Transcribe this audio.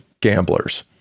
gamblers